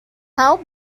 how